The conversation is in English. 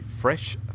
Fresh